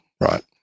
right